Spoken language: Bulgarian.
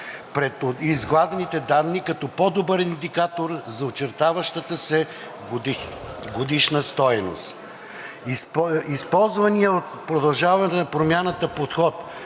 пред изгладените данни като по-добър индикатор за очертаващата се годишна стойност. Използваният от „Продължаваме Промяната“ подход